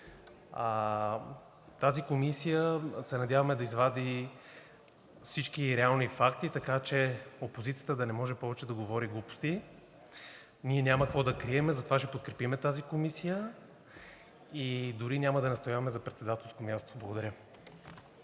Тази комисия се надяваме да извади всички реални факти, така че опозицията да не може повече да говори глупости. Ние няма какво да крием, затова ще я подкрепим и дори няма да настояваме за председателско място. Благодаря.